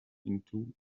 into